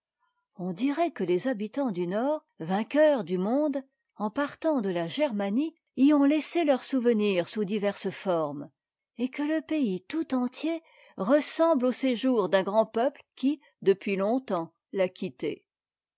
on dirait que les habitants du nord vainqueurs du monde en partant de la germanie y ont laissé leurs souvenirs sous diverses formes et que le pays tout entier ressemble au séjour d'un grand peuple qui depuis longtemps l'a quitté